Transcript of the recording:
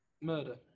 Murder